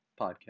podcast